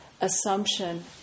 assumption